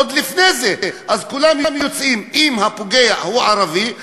עוד לפני זה כולם יוצאים: אם הפוגע הוא ערבי,